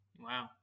wow